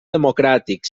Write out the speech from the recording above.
democràtic